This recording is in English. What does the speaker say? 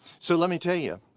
so let me tell you,